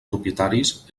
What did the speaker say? propietaris